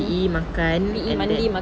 P_E makan and then